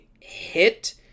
hit